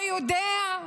יודעים?